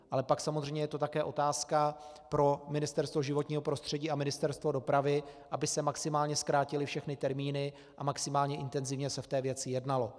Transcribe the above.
Ale pak samozřejmě je to také otázka pro Ministerstvo životního prostředí a Ministerstvo dopravy, aby se maximálně zkrátily všechny termíny a maximálně intenzivně se v té věci jednalo.